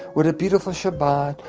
what a beautiful shabbat,